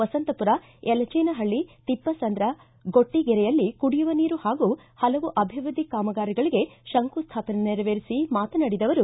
ವಸಂತಪುರ ಯಲಚೇನಹಳ್ಳಿ ತಿಪ್ಪಸಂದ್ರ ಗೊಟ್ಟಗೆರೆಯಲ್ಲಿ ಕುಡಿಯುವ ನೀರು ಹಾಗೂ ಹಲವು ಅಭಿವೃದ್ದಿ ಕಾಮಗಾರಿಗಳಿಗೆ ಶಂಕುಸ್ಥಾಪನೆ ನೆರವೇರಿಸಿ ಮಾತನಾಡಿದ ಅವರು